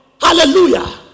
Hallelujah